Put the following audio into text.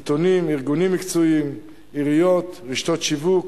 עיתונים, ארגונים מקצועיים, עיריות, רשתות שיווק,